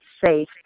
safe